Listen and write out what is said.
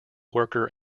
worker